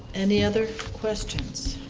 any other questions?